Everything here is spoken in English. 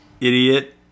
Idiot